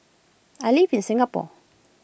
I live in Singapore